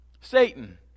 Satan